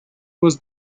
was